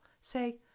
say